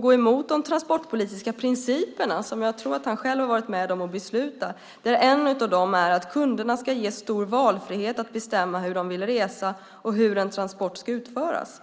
gå emot de transportpolitiska principerna, som jag tror att han själv har varit med om att besluta. En av dem är att kunderna ska ges stor valfrihet att bestämma hur de vill resa och hur en transport ska utföras.